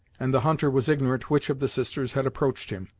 and the hunter was ignorant which of the sisters had approached him,